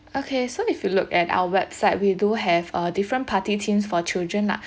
okay so if you look at our website we do have a different party themes for children lah